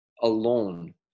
alone